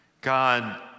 God